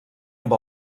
amb